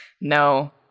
No